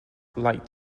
light